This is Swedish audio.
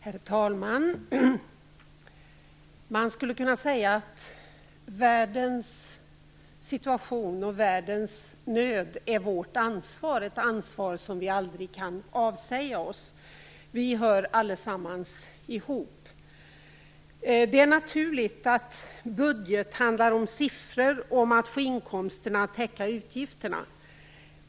Herr talman! Man skulle kunna säga att världens situation och världens nöd är vårt ansvar - ett ansvar som vi aldrig kan avsäga oss. Vi hör allesammans ihop. Det är naturligt att en budget handlar om siffror och om att få inkomsterna att täcka utgifterna.